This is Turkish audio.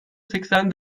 seksen